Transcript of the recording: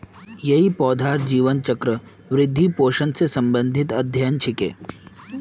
यई पौधार जीवन चक्र, वृद्धि, पोषण स संबंधित अध्ययन छिके